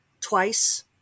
twice